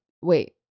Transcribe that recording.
Wait